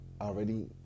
already